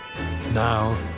Now